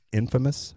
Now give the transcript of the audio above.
infamous